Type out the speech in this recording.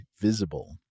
Visible